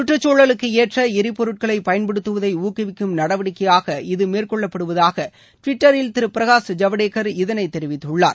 சுற்றுக்சூழலுக்கு ஏற்ற எரிபொருட்களை பயன்படுத்துவதை ஊக்குவிக்கும் நடவடிக்கையாக இது மேற்கொள்ளப்படுவதாக டுவிட்டரில் திரு பிரகாஷ் ஜவடேகர் இதைத் தெரிவித்துள்ளார்